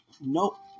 nope